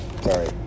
Sorry